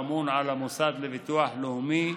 הממונה על המוסד לביטוח הלאומי,